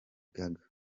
gaga